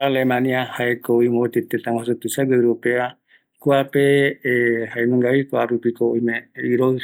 Alemania jaeko vi ko mopeti tetaguasu tuisague, kuape jaenungavi kuarupi ko oime iroi,